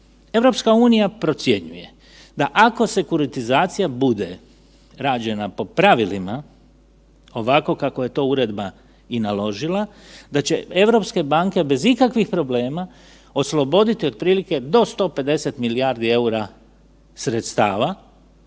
sredstva. EU procjenjuje da ako sekuritizacija bude rađena po pravilima ovako kako je to Uredba i naložila, da će europske banke bez ikakvih problema osloboditi otprilike do 150 milijardi eura sredstava,